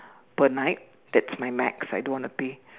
per night that's my max I don't want to pay